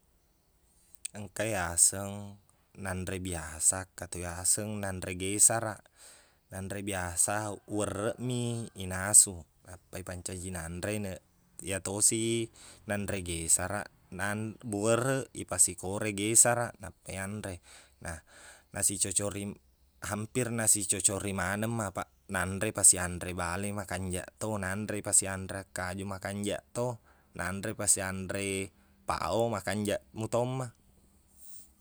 Engka iyaseng nanre biasa engka to iyaseng nanre gesaraq nanre biasa werreqmi i nasu nappa ippancaji nanre neq- iyatosi nanre gesaraq nan- buwerreq ipasi kore gesaraq nappa yanre nah nasicocori- hampir nasicocori maneng ma apaq nanre pasianre bale makanjaq to nanre pasianreang kaju makanjaq to nanre pasianre pao makanjaq mutomma